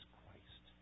Christ